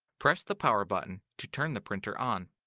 press the power button to turn the printer on.